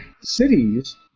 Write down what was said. cities